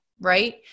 right